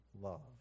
love